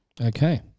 Okay